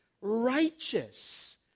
righteous